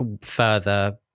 further